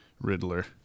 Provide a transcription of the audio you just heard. Riddler